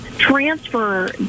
transfer